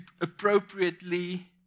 appropriately